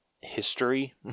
history